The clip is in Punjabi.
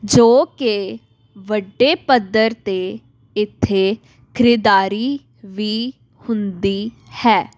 ਜੋ ਕਿ ਵੱਡੇ ਪੱਧਰ 'ਤੇ ਇੱਥੇ ਖਰੀਦਦਾਰੀ ਵੀ ਹੁੰਦੀ ਹੈ